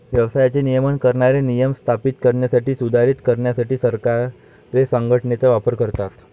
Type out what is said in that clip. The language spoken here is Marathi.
व्यवसायाचे नियमन करणारे नियम स्थापित करण्यासाठी, सुधारित करण्यासाठी सरकारे संघटनेचा वापर करतात